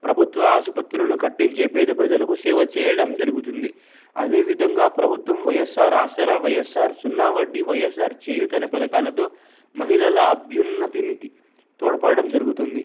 ప్రభుత్వ ఆసుపత్రులను కట్టించే పేద ప్రజలకు సేవ చేయడం జరుగుతుంది అదే విధంగా ప్రభుత్వం వైఎస్ఆర్ ఆసరా వైఎస్ఆర్ సున్నా వడ్డీ వైఎస్ఆర్ చేయూత అనే పథకాలతో మహిళల అభ్యున్నతికి తోడ్పడడం జరుగుతుంది